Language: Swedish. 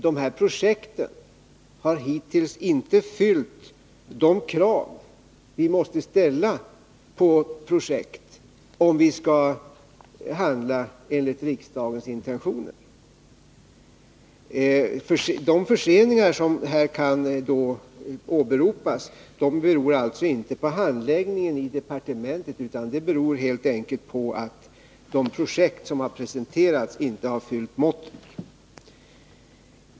De här projekten har hittills inte fyllt de krav vi måste ställa på projekt, om vi skall handla enligt riksdagens intentioner. De förseningar som här kan påvisas beror alltså inte på handläggningen i departementet utan helt enkelt på att de projekt som har presenterats inte har fyllt måtten.